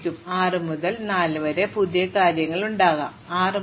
അതിനാൽ എനിക്ക് 6 മുതൽ 4 വരെ പുതിയ കാര്യങ്ങളുമായി പോകാം എനിക്ക് 6 മുതൽ 2 വരെ പോകാം